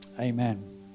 amen